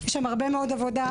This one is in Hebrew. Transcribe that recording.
יש שם הרבה מאוד עבודה.